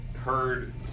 Heard